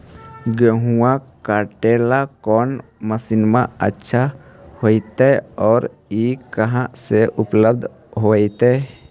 गेहुआ काटेला कौन मशीनमा अच्छा होतई और ई कहा से उपल्ब्ध होतई?